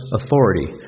authority